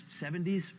70s